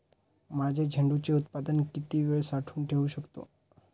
माझे झेंडूचे उत्पादन किती वेळ साठवून ठेवू शकतो?